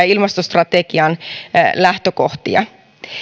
ja ilmastostrategian lähtökohtia